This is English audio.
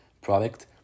product